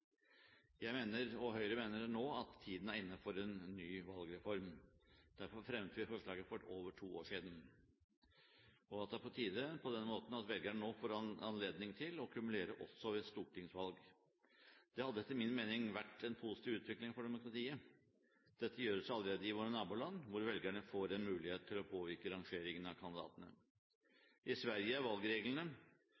– mener nå at tiden er inne for en ny valgreform. Derfor fremmet vi forslaget for over to år siden. Det er på tide at velgerne nå får anledning til å kumulere også ved stortingsvalg. Det hadde etter min mening vært en positiv utvikling for demokratiet. Dette gjøres allerede i våre naboland, hvor velgerne får en mulighet til å påvirke rangeringen av kandidatene.